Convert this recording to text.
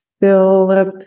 Philip